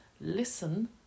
listen